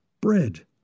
Bread